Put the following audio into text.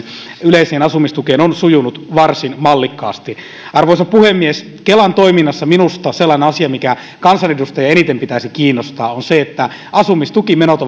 yleiseen asumistukeen on sujunut varsin mallikkaasti arvoisa puhemies kelan toiminnassa minusta sellainen asia minkä kansanedustajia eniten pitäisi kiinnostaa on se että asumistukimenot